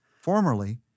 formerly